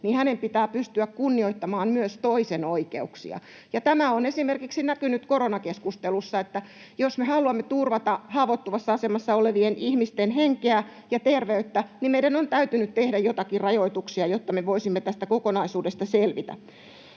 hänen pitää pystyä kunnioittamaan myös toisen oikeuksia. Tämä on esimerkiksi näkynyt koronakeskustelussa, eli jos me haluamme turvata haavoittuvassa asemassa olevien ihmisten henkeä ja terveyttä, niin meidän on täytynyt tehdä joitakin rajoituksia, jotta me voisimme tästä kokonaisuudesta selvitä.